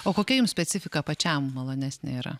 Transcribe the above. o kokia jum specifika pačiam malonesnė yra